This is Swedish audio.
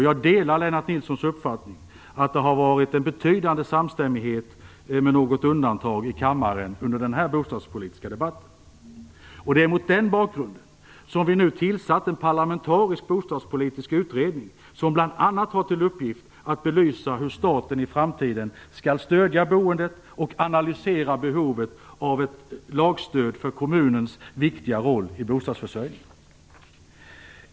Jag delar Lennart Nilssons uppfattning att det har varit en betydande samstämmighet, med något undantag, i kammaren under den här bostadspolitiska debatten. Det är mot den bakgrunden som vi nu har tillsatt en parlamentarisk bostadspolitisk utredning, som bl.a. har till uppgift att belysa hur staten i framtiden skall stödja boendet och analysera behovet av ett lagstöd för kommunernas viktiga roll i bostadsförsörjningen.